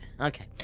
Okay